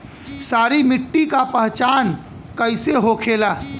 सारी मिट्टी का पहचान कैसे होखेला?